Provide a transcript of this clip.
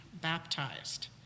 baptized